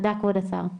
תודה כבוד השר.